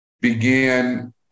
began –